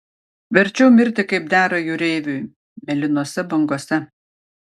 verčiau mirti kaip dera jūreiviui mėlynose bangose